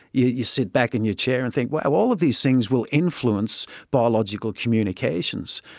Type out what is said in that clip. you you sit back in your chair and think, wow, all of these things will influence biological communications.